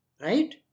Right